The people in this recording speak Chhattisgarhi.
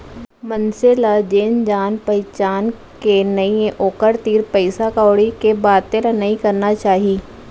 मनसे ल जेन जान पहिचान के नइये ओकर तीर पइसा कउड़ी के बाते ल नइ करना चाही